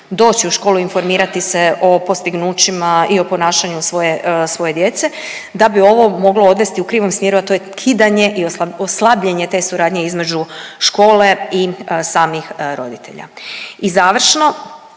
doći u školu, informirati se o postignućima i o ponašanju svoje djece da bi ovo moglo odvesti u krivom smjeru, a to je kidanje i oslabljenje te suradnje između škole i samih roditelja. I završno,